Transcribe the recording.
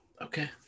Okay